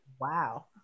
Wow